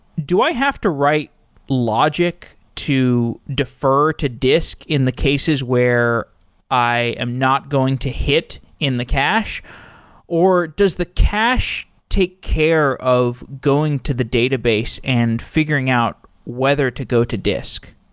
do i have to write logic to defer to disk in the cases where i am not going to hit in the cache or does the cache take care of going to the database and figuring out whether to go to disk?